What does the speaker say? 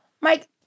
mike